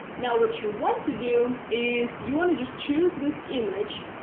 now what you want to do is you want to just choose this image,